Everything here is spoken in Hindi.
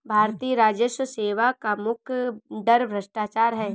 भारतीय राजस्व सेवा का मुख्य डर भ्रष्टाचार है